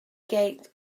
gate